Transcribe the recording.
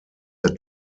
der